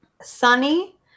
Sunny